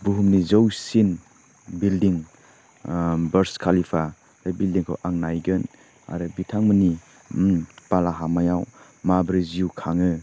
बुहुमनि जौसिन बिल्डिं बुर्स कालिपा बे बिल्डिंखौ आं नायगोन आरो बिथांमोननि बालाहामायाव माब्रै जिउ खाङो